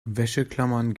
wäscheklammern